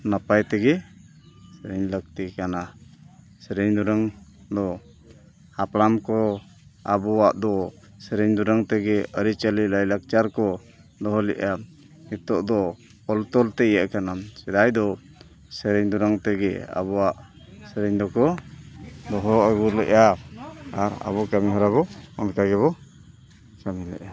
ᱱᱟᱯᱟᱭ ᱛᱮᱜᱮ ᱥᱮᱨᱮᱧ ᱞᱟᱹᱠᱛᱤ ᱠᱟᱱᱟ ᱥᱮᱨᱮᱧ ᱫᱩᱨᱟᱹᱝ ᱫᱚ ᱦᱟᱯᱲᱟᱢ ᱠᱚ ᱟᱵᱚᱣᱟᱜ ᱫᱚ ᱥᱮᱨᱮᱧ ᱫᱩᱨᱟᱹᱝ ᱛᱮᱜᱮ ᱟᱹᱨᱤᱪᱟᱹᱞᱤ ᱞᱟᱭᱼᱞᱟᱠᱪᱟᱨ ᱠᱚ ᱫᱚᱦᱚ ᱞᱮᱫᱼᱟ ᱱᱤᱛᱚᱜ ᱫᱚ ᱚᱞ ᱛᱚᱞ ᱛᱮ ᱤᱭᱟᱹᱜ ᱠᱟᱱᱟ ᱥᱮᱫᱟᱭ ᱫᱚ ᱥᱮᱨᱮᱧ ᱫᱩᱨᱟᱹᱝ ᱛᱮᱜᱮ ᱟᱵᱚᱣᱟᱜ ᱥᱮᱨᱮᱧ ᱫᱚᱠᱚ ᱫᱚᱦᱚ ᱟᱹᱜᱩ ᱞᱮᱜᱼᱟ ᱟᱨ ᱟᱵᱚ ᱠᱟᱹᱢᱤ ᱦᱚᱨᱟ ᱵᱚᱱ ᱚᱱᱠᱟ ᱜᱮᱵᱚᱱ ᱠᱟᱹᱢᱤ ᱫᱟᱲᱮᱭᱟᱜᱼᱟ